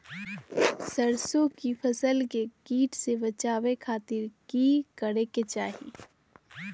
सरसों की फसल के कीट से बचावे खातिर की करे के चाही?